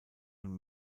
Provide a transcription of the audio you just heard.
und